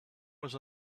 was